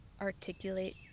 articulate